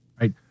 Right